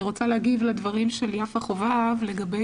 אני רוצה להגיב לדברים של יפה חובב לגבי